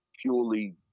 purely